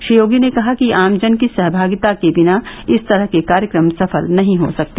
श्री योगी ने कहा कि आमजन की सहभागिता के बिना इस तरह के कार्यक्रम सफल नहीं हो सकते